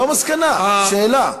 לא מסקנה, השאלה.